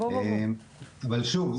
אבל שוב,